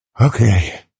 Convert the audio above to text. Okay